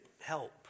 help